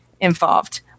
involved